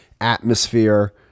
atmosphere